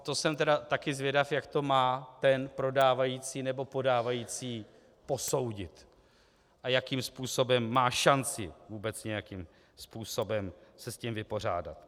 To jsem tedy taky zvědav, jak to má ten prodávající nebo podávající posoudit a jakým způsobem má šanci vůbec nějakým způsobem se s tím vypořádat.